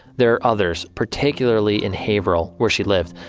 there are others particularly in haverhill where she'd lived.